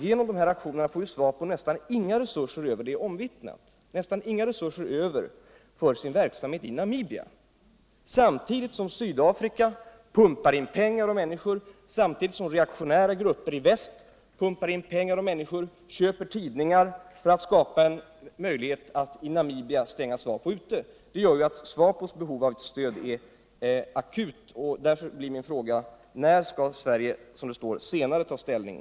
Genom de här aktionerna får SWAPO nästan inga resurser över — det är omvittnat — för sin verksamhet i Namibia. Samtidigt pumpar Sydafrika och reaktionära grupper i väst in pengar och människor i Namibia samt köper tidningar för att skapa möjligheter att stänga SWAPO ute. Detta gör att SVAPO:s behov av stöd är akut. Därför blir min fråga: När skall Sverige, som det står, ”senare” ta ställning?